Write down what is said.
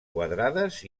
quadrades